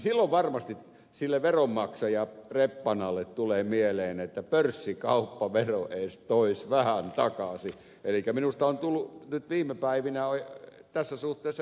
silloin varmasti sille veronmaksajareppanalle tulee mieleen että pörssikauppavero edes toisi vähän takaisin elikkä minusta on tullut nyt viime päivinä tässä suhteessa ed